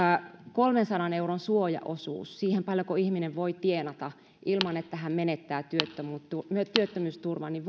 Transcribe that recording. kolmensadan euron suojaosuus siihen paljonko ihminen voi tienata ilman että hän menettää työttömyysturvan niin